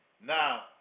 Now